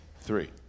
Three